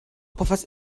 povas